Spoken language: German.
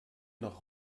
nach